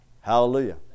Hallelujah